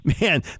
man